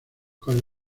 con